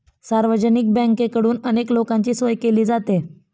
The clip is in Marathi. सार्वजनिक बँकेकडून अनेक लोकांची सोय केली जाते